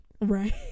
Right